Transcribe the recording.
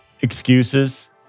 Excuses